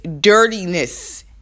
dirtiness